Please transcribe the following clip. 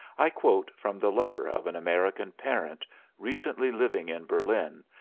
i quote from the letter of an american parent recently living in berlin,